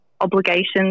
obligations